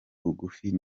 bugufi